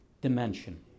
dimension